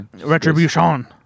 Retribution